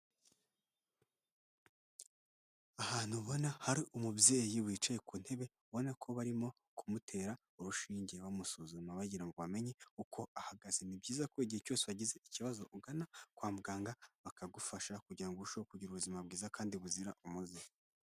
Ahantu ubona hari umubyeyi wicaye ku ntebe ubona ko barimo kumutera urushinge bamusuzuma bagira ngo bamenye uko ahagaze, ni byiza ko igihe cyose wagize ikibazo ugana kwa muganga bakagufasha, kugira ngo urusheho kugira ubuzima bwiza kandi buzira umuze.